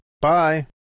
bye